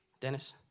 Dennis